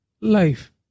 Life